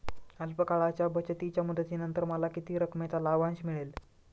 अल्प काळाच्या बचतीच्या मुदतीनंतर मला किती रकमेचा लाभांश मिळेल?